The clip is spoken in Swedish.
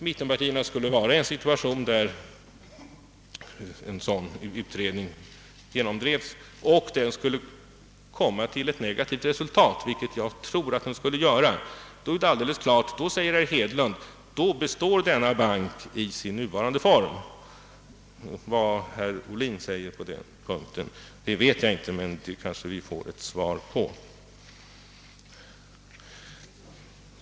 Mittenpartierna skulle alltså vara i den situationen att om den ifrågasatta utredningen genomdrevs och utredningen skulle leda till ett negativt resultat — vilket jag tror att den skulle göra — skulle banken enligt herr Hedlund bestå i sin nuvarande form, Vad herr Ohlin i så fall skulle säga, vet jag inte, men det kanske vi kan få ett besked om.